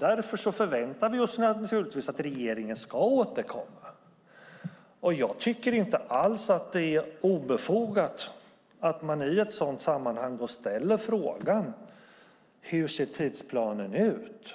Därför förväntar vi oss naturligtvis att regeringen ska återkomma. Jag tycker inte alls att det är obefogat att man i ett sådant sammanhang ställer frågan: Hur ser tidsplanen ut?